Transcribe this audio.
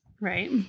Right